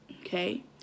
okay